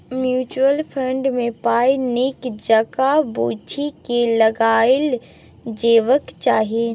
mutual fund मे पाइ नीक जकाँ बुझि केँ लगाएल जेबाक चाही